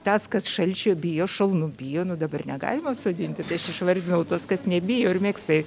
tas kas šalčio bijo šalnų bijo nu dabar negalima sodinti tai aš išvardinau tuos kas nebijo ir mėgsta